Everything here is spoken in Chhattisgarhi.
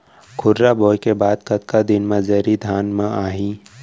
खुर्रा बोए के बाद कतका दिन म जरी धान म आही?